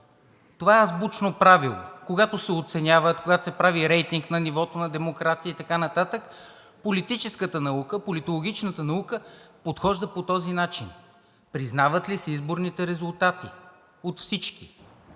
Това е азбучно правило – когато се оценява, когато се прави рейтинг на нивото на демокрация и така нататък, политологичната наука подхожда по този начин – признават ли се изборните резултати от всички.